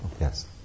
yes